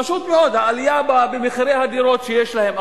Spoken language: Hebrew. פשוט מאוד העלייה במחירי הדירות שיש להם,